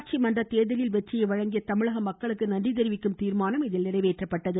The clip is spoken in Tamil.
உள்ளாட்சி மன்ற தேர்தலில் வெற்றியை வழங்கிய தமிழக மக்களுக்கு நன்றி தெரிவிக்கும் தீர்மானம் இதில் நிறைவேற்றப்பட்டது